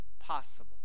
possible